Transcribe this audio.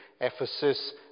Ephesus